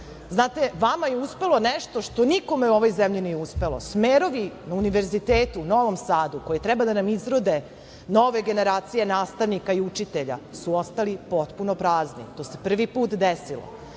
pravom. Znate, vama je uspelo nešto što niko u ovoj zemlji nije uspelo. Smerovi na Univerzitetu u Novom Sadu, koji treba da nam izrode nove generacije nastavnika i učitelja, su ostali potpuno prazni. To se prvi put desilo. Dakle,